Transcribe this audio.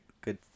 good